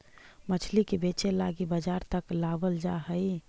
मछली के बेचे लागी बजार तक लाबल जा हई